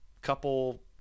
couple